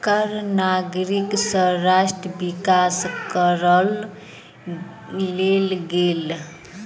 कर नागरिक सँ राष्ट्र विकास करअ लेल गेल